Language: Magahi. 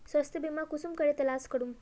स्वास्थ्य बीमा कुंसम करे तलाश करूम?